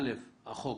א', שהחוק